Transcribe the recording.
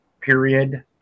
period